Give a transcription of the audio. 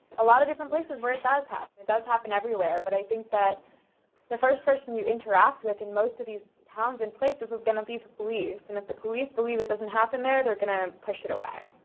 a lot of different places where it does happen. it does happen everywhere, but i think that the first person you interact with in most of these towns and places is gonna be the police, and if the police believe it doesn't happen there, they're gonna push it away.